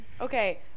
Okay